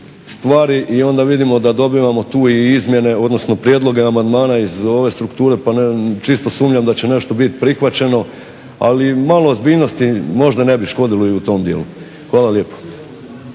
stvari i onda vidimo da dobivamo tu i izmjene, odnosno prijedloge amandmana iz ove strukture pa čisto sumnjam da će nešto biti prihvaćeno. Ali malo ozbiljnosti možda ne bi škodilo i u tom dijelu. Hvala lijepo.